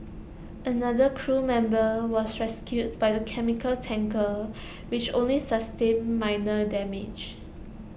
another crew member was rescued by the chemical tanker which only sustained minor damage